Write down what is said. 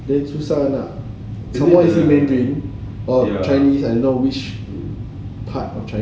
then susah nak just imagine like chinese I don't know which part of chinese